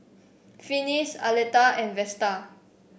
Finis Aleta and Vesta